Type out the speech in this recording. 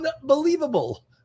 unbelievable